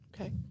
Okay